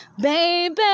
baby